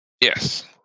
Yes